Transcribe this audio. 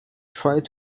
tried